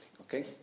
okay